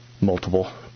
multiple